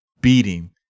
beating